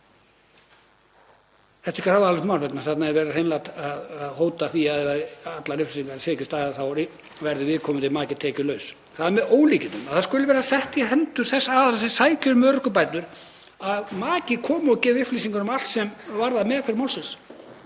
Þetta er grafalvarlegt mál vegna þess að þarna er verið hreinlega að hóta því að séu ekki allar upplýsingar til staðar þá verði viðkomandi maki tekjulaus. Það er með ólíkindum að það skuli vera sett í hendur þess aðila sem sækir um örorkubætur að maki komi og gefi upplýsingar um allt sem varðar meðferð málsins.